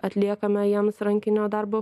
atliekame jiems rankinio darbo